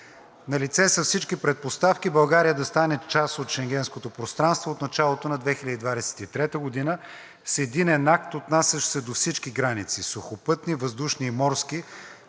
Налице са всички предпоставки България да стане част от Шенгенското пространство от началото на 2023 г. с единен акт, отнасящ се до всички граници – сухопътни, въздушни и морски,